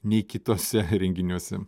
nei kituose renginiuose